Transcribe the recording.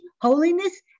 holiness